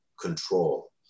control